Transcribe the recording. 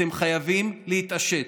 אתם חייבים להתעשת.